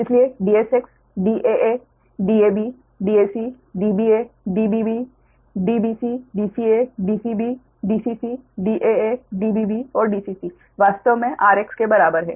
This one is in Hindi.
इसलिए Dsx DaaDabDacDba DbbDbcDca DcbDccDaaDbb और Dcc वास्तव में rx के बराबर है